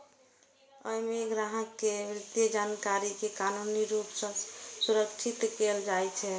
अय मे ग्राहक के वित्तीय जानकारी कें कानूनी रूप सं संरक्षित कैल जाइ छै